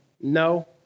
No